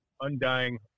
undying